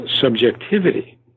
subjectivity